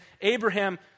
Abraham